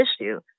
issue